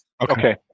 Okay